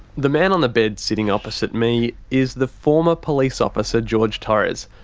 the man on the bed sitting opposite me, is the former police officer george torres.